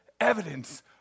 evidence